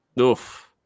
Oof